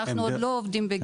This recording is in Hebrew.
אנחנו עוד לא עובדים בגרמניה,